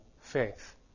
faith